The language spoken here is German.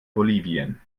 bolivien